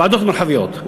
ועדות מרחביות.